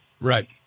Right